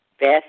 Beth